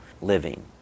living